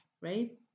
right